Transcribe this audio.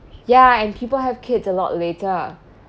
ya and people have kids a lot later